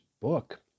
book